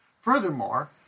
Furthermore